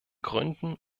gründen